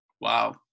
wow